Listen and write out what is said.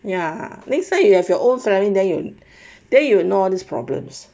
ya next time you have your own family then you then you will know this problems